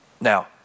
Now